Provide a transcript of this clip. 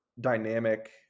dynamic